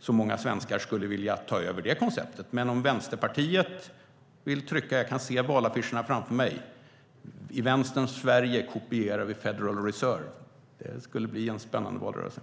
så många svenskar skulle vilja ta över det konceptet. Jag kan se valaffischerna framför mig: I Vänsterns Sverige kopierar vi Federal Reserve. Det skulle bli en spännande valrörelse.